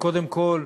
קודם כול,